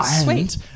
sweet